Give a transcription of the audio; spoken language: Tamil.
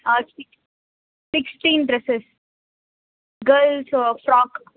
ah six sixteen dresses girls frock